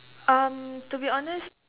um to be honest